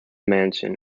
mansion